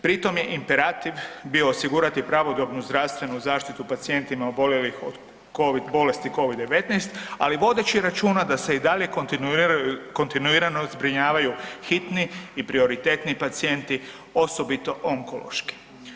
Pritom je imperativ bio osigurati pravodobnu zdravstvenu zaštitu pacijentima oboljelih od Covid bolesti, Covid-19, ali vodeći računa da se i dalje kontinuirano zbrinjavaju hitni i prioritetni pacijenti, osobito onkološki.